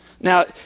Now